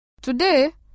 Today